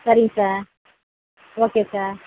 சரிங்க sir okay sir